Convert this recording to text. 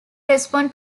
respond